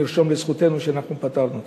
נרשום לזכותנו שאנחנו פתרנו אותו.